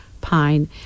pine